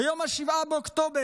ביום 7 באוקטובר